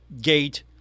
gate